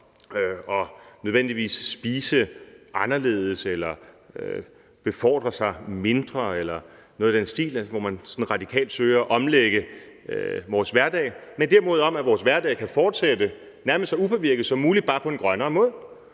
man nødvendigvis skal spise anderledes eller befordre sig mindre eller noget i den stil – altså hvor man sådan radikalt søger at omlægge sin hverdag – men derimod om, at vores hverdag kan fortsætte, nærmest så upåvirket som muligt, bare på en grønnere måde.